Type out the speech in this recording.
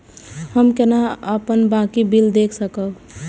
हम केना अपन बाँकी बिल देख सकब?